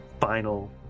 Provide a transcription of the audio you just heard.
final